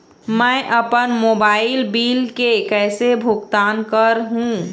मैं अपन mobile bill के कैसे भुगतान कर हूं?